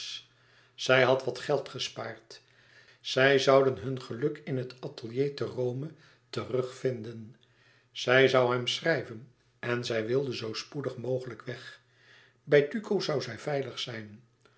zij had wat geld gespaard zij zouden hun geluk in het atelier te rome terug vinden zij zoû hem schrijven en zij wilde zoo spoedig mogelijk weg bij duco zoû zij veilig zijn